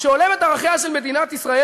שהולם את ערכיה של מדינת ישראל,